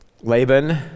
Laban